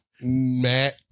Matt